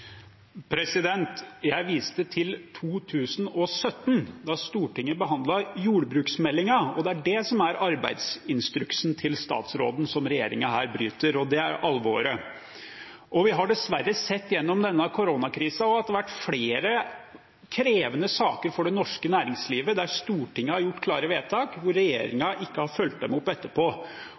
Jeg viste til 2017, da Stortinget behandlet jordbruksmeldingen. Det er det som er arbeidsinstruksen til statsråden, som regjeringen her bryter. Det er alvoret. Vi har dessverre sett også gjennom koronakrisen at det har vært flere krevende saker for det norske næringslivet der Stortinget har gjort klare vedtak, hvor regjeringen ikke har fulgt dem opp etterpå.